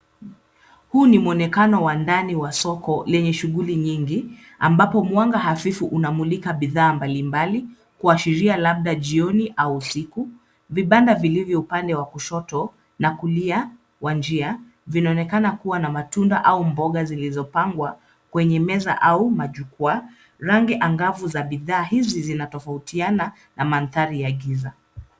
Huu ni muonekano wa ndani wa soko lenye shughuli nyingi, ambapo mwanga hafifu unamulika bidhaa mbalimbali kuashiria labda jioni au usiku. Vibanda vilivyo upande wa kushoto na kulia wa njia vinaonekena kuwa na matunda au mboga zilizopangwa kwenye meza au majukwaa. Rangi angavu za bidhaa hizi zinatofautiana na mandhari ya giza.